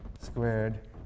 squared